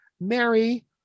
Mary